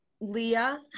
Leah